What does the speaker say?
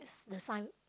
the sign